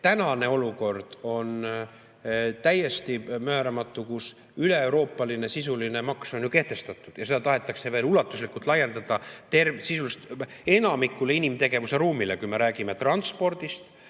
tänane olukord on täiesti määramatu, kui üleeuroopaline sisuline maks on kehtestatud ja seda tahetakse veel ulatuslikult laiendada sisuliselt enamikule inimtegevuse ruumile, kui me räägime transpordist,